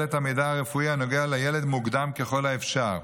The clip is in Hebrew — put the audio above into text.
את המידע הרפואי הנוגע לילד מוקדם ככל האפשר.